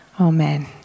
Amen